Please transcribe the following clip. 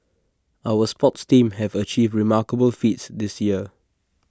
our sports teams have achieved remarkable feats this year